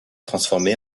transformé